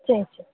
சரி சரி